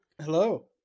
Hello